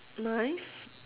knife